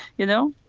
you know,